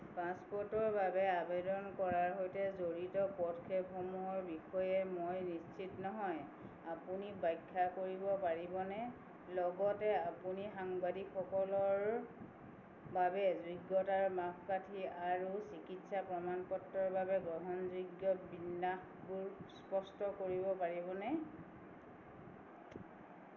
পাছপোৰ্টৰ বাবে আবেদন কৰাৰ সৈতে জড়িত পদক্ষেপসমূহৰ বিষয়ে মই নিশ্চিত নহয় আপুনি ব্যাখ্যা কৰিব পাৰিবনে লগতে আপুনি সাংবাদিকসকলৰ বাবে যোগ্যতাৰ মাপকাঠি আৰু চিকিৎসা প্ৰমাণপত্ৰৰ বাবে গ্ৰহণযোগ্য বিন্যাসবোৰ স্পষ্ট কৰিব পাৰিবনে